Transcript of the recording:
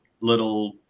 little